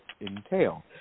entail